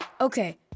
Okay